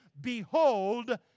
Behold